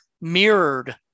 mirrored